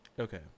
Okay